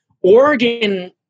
Oregon